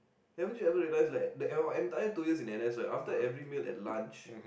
haven't you ever realized like the our entire two years in n_s right after every meal at lunch